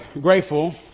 grateful